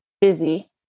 busy